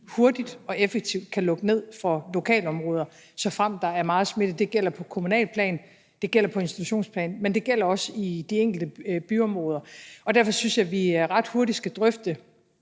hurtigt og effektivt kan lukke ned for lokalområder, såfremt der er meget smitte. Det gælder på kommunalt plan, det gælder på institutionsplan, men det gælder også i de enkelte byområder. Og derfor synes jeg, at vi ret hurtigt skal drøfte,